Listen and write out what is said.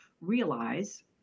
realize